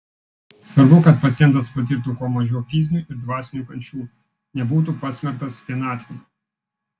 svarbu kad pacientas patirtų kuo mažiau fizinių ir dvasinių kančių nebūtų pasmerktas vienatvei